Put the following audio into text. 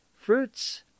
Fruits